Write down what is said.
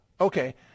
okay